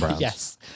Yes